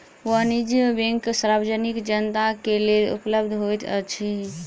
वाणिज्य बैंक सार्वजनिक जनता के लेल उपलब्ध होइत अछि